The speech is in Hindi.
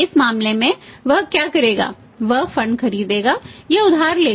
इस मामले में वह क्या करेगा वह फंड खरीदेगा या उधार लेगा